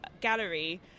gallery